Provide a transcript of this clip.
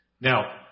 Now